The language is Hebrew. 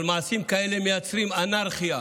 אבל מעשים כאלה מייצרים אנרכיה